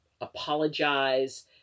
apologize